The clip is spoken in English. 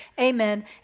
Amen